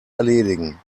erledigen